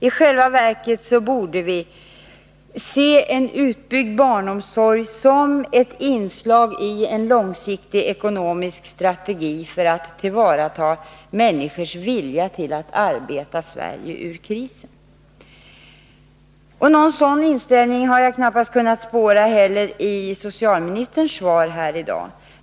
I själva verket borde vi se en utbyggd barnomsorg som ett inslag i en långsiktig ekonomisk strategi för att tillvarata människors vilja att arbeta Sverige ur krisen. Någon sådan inställning har knappast kunnat spåras i socialministerns svar i dag.